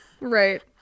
Right